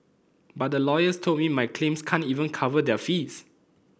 but the lawyers told me my claims can't even cover their fees